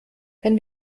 wenn